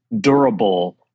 durable